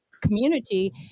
community